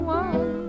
one